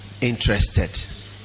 interested